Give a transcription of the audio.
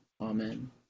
amen